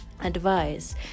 advice